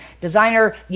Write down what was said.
designer